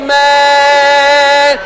man